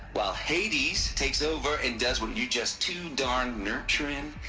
while hades takes over and does what you're just too darn nurturin'.